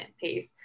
pace